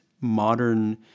modern